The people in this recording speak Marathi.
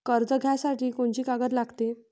कर्ज घ्यासाठी कोनची कागद लागते?